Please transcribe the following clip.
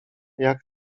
jak